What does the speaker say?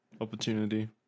opportunity